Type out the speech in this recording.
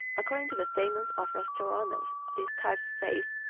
according to the statements of restauranteurs this type says,